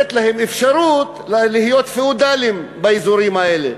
ולתת להם אפשרות להיות פיאודלים באזורים האלה,